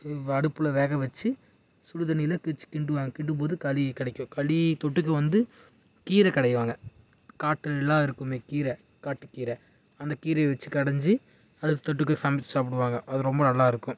அடுப்பில் வேக வெச்சு சுடு தண்ணியில் வச்சி கிண்டுவாங்க கிண்டும்போது களி கிடக்கும் களி தொட்டுக்க வந்து கீரை கடைவாங்க காட்டுலெலாம் இருக்குமே கீரை காட்டுக்கீரை அந்த கீரையை வெச்சு கடைஞ்சி அதில் தொட்டுக்க சமைச்சி சாப்பிடுவாங்க அது ரொம்ப நல்லாயிருக்கும்